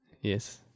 yes